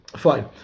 Fine